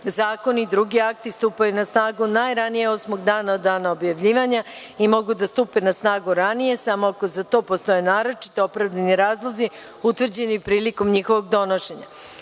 zakoni i drugi akti stupaju na snagu najranije osmog dana od dana objavljivanja i mogu da stupe na snagu ranije samo ako za to postoje naročito opravdani razlozi utvrđeni prilikom njihovog donošenja. Stavljam